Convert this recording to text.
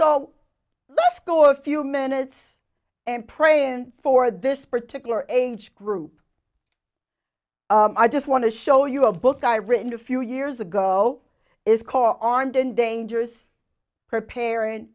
a few minutes and prayin for this particular age group i just want to show you a book i written a few years ago is core armed and dangerous preparing